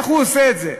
איך הוא עושה את זה?